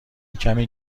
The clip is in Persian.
کمی